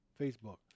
Facebook